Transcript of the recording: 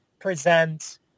present